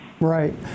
Right